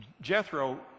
Jethro